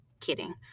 Kidding